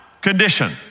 condition